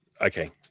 Okay